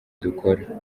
dukora